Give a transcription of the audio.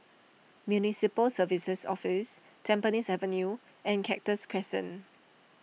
Municipal Services Office Tampines Avenue and Cactus Crescent